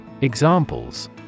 Examples